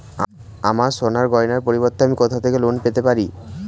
আমার সোনার গয়নার পরিবর্তে আমি কোথা থেকে লোন পেতে পারি?